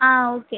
ஆ okay